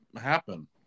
happen